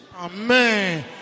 Amen